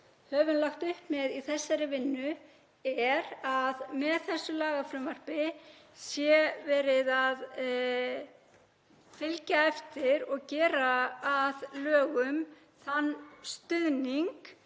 höfum lagt upp með í þessari vinnu, að með þessu lagafrumvarpi sé verið að fylgja eftir og gera að lögum þann stuðning